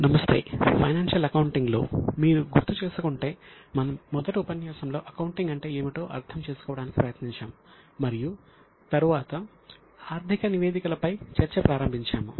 నమస్తే ఫైనాన్షియల్ అకౌంటింగ్లో మీరు గుర్తు చేసుకుంటే మనం మొదటి ఉపన్యాసంలో అకౌంటింగ్ అంటే ఏమిటో అర్థం చేసుకోవడానికి ప్రయత్నించాము తరువాత ఆర్థిక నివేదికల పై చర్చ ప్రారంభించాము